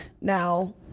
now